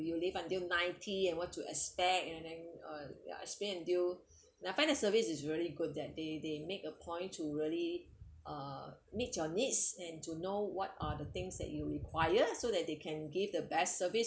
you live until ninety and what to expect and then uh ya explain until I find their service is very good that they they make a point to really uh meets your needs and to know what are the things that you require so that they can give the best service